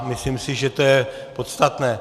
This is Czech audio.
Myslím si, že to je podstatné.